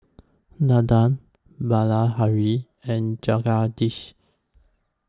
Nandan Bilahari and Jagadish